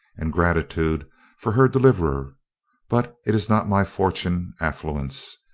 and gratitude for her deliverer but is not my fortune affluence,